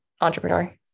entrepreneur